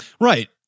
Right